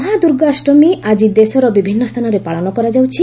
ମହାଦୂର୍ଗାଷ୍ଟମୀ ଆଜି ଦେଶର ବିଭିନ୍ନ ସ୍ଥାନରେ ପାଳନ କରାଯାଉଛି